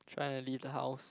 trying to leave the house